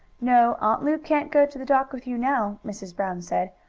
no, aunt lu can't go to the dock with you now, mrs. brown said.